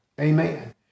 Amen